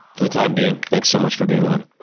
for the time being. thanks so much for being on.